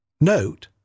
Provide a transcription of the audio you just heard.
note